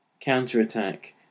counterattack